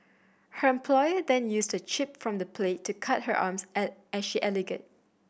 her employer then used a chip from the plate to cut her arms I I she alleged